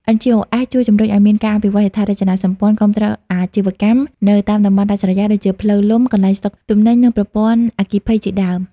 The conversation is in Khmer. NGOs ជួយជំរុញឱ្យមានការអភិវឌ្ឍហេដ្ឋារចនាសម្ព័ន្ធគាំទ្រអាជីវកម្មនៅតាមតំបន់ដាច់ស្រយាល ដូចជាផ្លូវលំ កន្លែងស្តុកទំនិញ និងប្រព័ន្ធអគ្គិភ័យជាដើម។